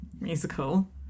musical